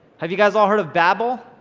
have you guys all heard of babel,